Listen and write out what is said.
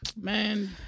Man